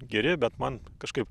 geri bet man kažkaip